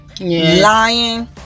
lying